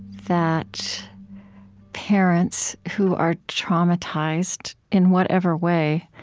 that parents who are traumatized, in whatever way,